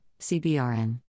CBRN